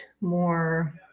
more